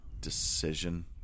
decision